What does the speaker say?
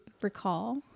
recall